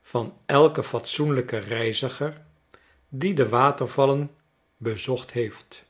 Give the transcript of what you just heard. van elken fatsoenlijken reiziger die de water vail en bezocht heeft